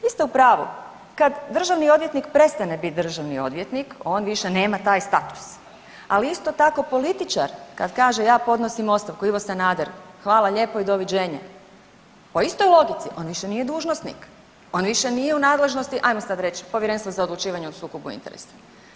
Vi ste u pravu kad državni odvjetnik prestane biti državni odvjetnik on više nema taj status, ali isto tako političar kad kaže ja podnosim ostavku Ivo Sanader, hvala lijepo i doviđenja po istoj logici on više nije dužnosnik, on više nije u nadležnosti ajmo sad reći Povjerenstva za odlučivanje o sukobu interesa.